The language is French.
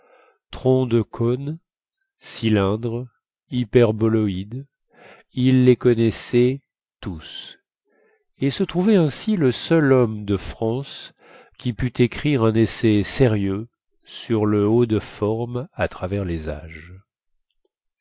troncs de cône cylindres hyperboloïdes il les connaissait tous et se trouvait ainsi le seul homme de france qui pût écrire un essai sérieux sur le hautde forme à travers les âges